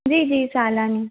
जी जी सालानी